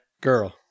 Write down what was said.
Girl